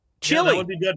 Chili